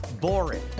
boring